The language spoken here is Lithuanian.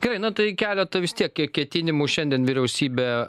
gerai na tai keleta vis tiek ketinimų šiandien vyriausybė